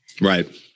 Right